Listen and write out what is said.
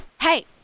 Hey